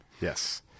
Yes